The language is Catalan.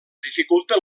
dificulten